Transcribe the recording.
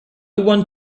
want